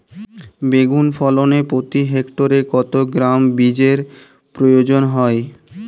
বেগুন ফলনে প্রতি হেক্টরে কত গ্রাম বীজের প্রয়োজন হয়?